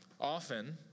often